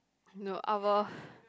no I will